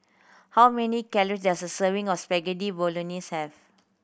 how many calory does a serving of Spaghetti Bolognese have